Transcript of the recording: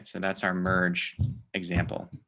and that's our merge example.